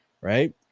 right